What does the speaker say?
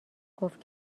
گفت